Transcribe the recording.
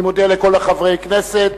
אני מודה לכל חברי הכנסת,